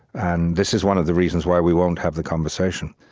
and this is one of the reasons why we won't have the conversation